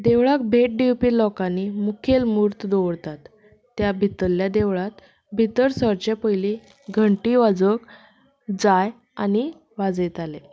देवळाक भेट दिवपी लोकांनी मुखेल मूर्त दवरतात त्या भितरल्या देवळांत भितर सरचे पयलीं घंटी वाजोवंक जाय आनी वाजयताले